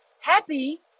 happy